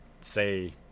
say